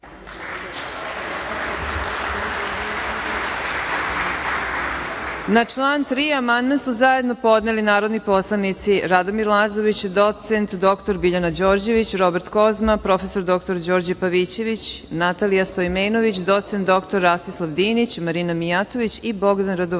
Na član 3. amandman su zajedno podneli narodni poslanici Radomir Lazović, docent dr Biljana Đorđević, Robert Kozma, prof. dr Đorđe Pavićević, Natalija Stojmenović, docent dr Rastislav Dinić, Marina Mijatović i Bogdan Radovanović. Primili